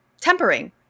Tempering